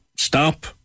stop